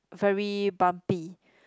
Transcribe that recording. very bumpy